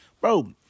Bro